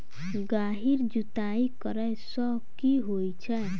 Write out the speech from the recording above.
गहिर जुताई करैय सँ की होइ छै?